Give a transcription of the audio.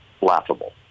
laughable